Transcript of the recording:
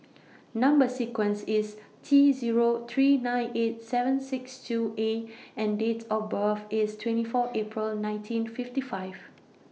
Number sequence IS T Zero three nine eight seven six two A and Date of birth IS twenty four April nineteen fifty five